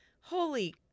holy